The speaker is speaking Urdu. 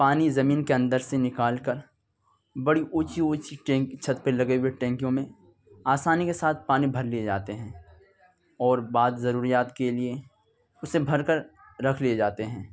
پانی زمین کے اندر سے نکال کر بڑی اونچی اونچی ٹینک چھت پہ لگے ہوئے ٹینکیوں میں آسانی کے ساتھ پانی بھر لیے جاتے ہیں اور بعض ضروریات کے لیے اسے بھر کر رکھ لیے جاتے ہیں